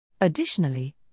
Additionally